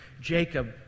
Jacob